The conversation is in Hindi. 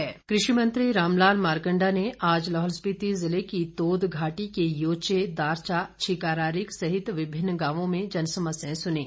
मारकंडा कृषि मंत्री रामलाल मारकंडा ने आज लाहौल स्पिति जिले की तोद घाटी के योचे दारचा छीकारारिक सहित विभिन्न गांवों में जनसमसयाएं सुनीं